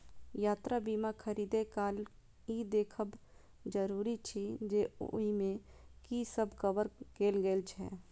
यात्रा बीमा खरीदै काल ई देखब जरूरी अछि जे ओइ मे की सब कवर कैल गेल छै